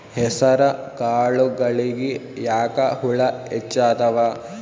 ಹೆಸರ ಕಾಳುಗಳಿಗಿ ಯಾಕ ಹುಳ ಹೆಚ್ಚಾತವ?